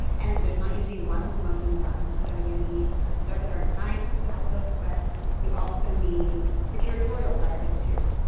and there's not usually one smoking gun, so you need a conservator and a scientist to have a look, but you also need the curatorial side of it too.